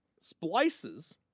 splices